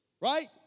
right